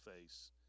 face